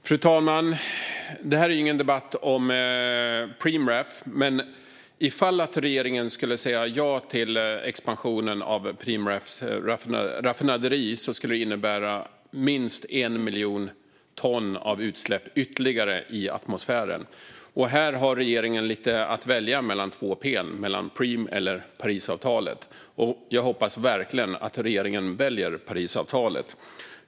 Fru talman! Det här är inte en debatt om Preemraff, men ifall regeringen skulle säga ja till expansionen av Preemraffs raffinaderi skulle det innebära ytterligare minst 1 miljon ton utsläpp i atmosfären. Här har regeringen att välja mellan två p:n, mellan Preem eller Parisavtalet. Jag hoppas verkligen att regeringen väljer Parisavtalet.